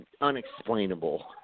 unexplainable